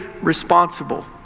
responsible